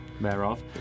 Thereof